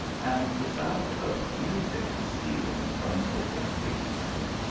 and the sound of music stealing from open casements.